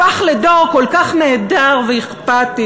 הפך לדור כל כך נהדר ואכפתי,